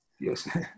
Yes